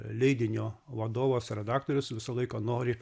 leidinio vadovas redaktorius visą laiką nori